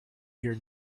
here